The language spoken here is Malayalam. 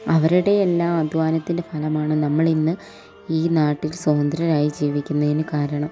അവരുടെ എല്ലാ അധ്വാനത്തിൻ്റെ ഫലമാണ് നമ്മൾ ഇന്ന് ഈ നാട്ടിൽ സ്വാതന്ദ്രരായി ജീവിക്കുന്നതിന് കാരണം